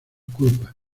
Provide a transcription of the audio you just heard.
culpa